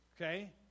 Okay